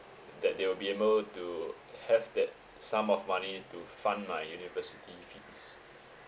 that they will be able to have that sum of money to f~ fund my university fees